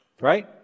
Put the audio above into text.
right